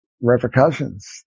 repercussions